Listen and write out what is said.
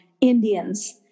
Indians